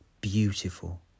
beautiful